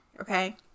okay